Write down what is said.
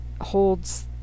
holds